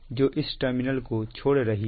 जो इस टर्मिनल को छोड़ रही है